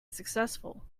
successful